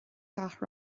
gach